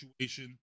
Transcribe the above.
situation